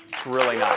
it's really